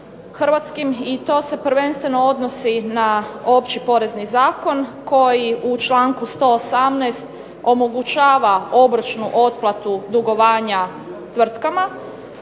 hrvatskim. I to se prvenstveno odnosi na opći Porezni zakon koji u članku 118. omogućava obročnu otplatu dugovanja tvrtkama.